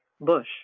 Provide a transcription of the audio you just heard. bush